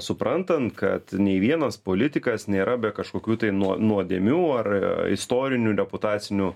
suprantant kad nei vienas politikas nėra be kažkokių tai nuo nuodėmių ar istorinių reputacinių